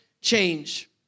change